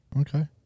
Okay